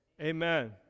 amen